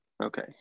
okay